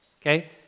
Okay